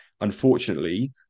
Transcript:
unfortunately